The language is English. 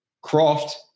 Croft